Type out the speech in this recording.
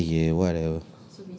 iya iya whatever